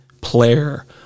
player